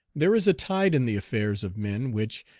there is a tide in the affairs of men which,